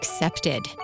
accepted